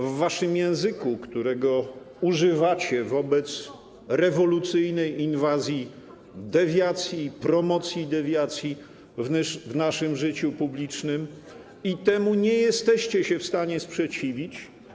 W waszym języku, którego używacie wobec rewolucyjnej inwazji dewiacji i promocji dewiacji w naszym życiu publicznym, i temu nie jesteście się w stanie sprzeciwić.